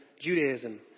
Judaism